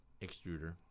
extruder